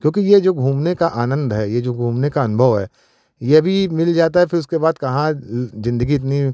क्योंकि ये जो घूमने का आनंद है ये जो घूमने का अनुभव है ये अभी मिल जाता है फिर उसके बाद कहाँ जिंदगी इतनी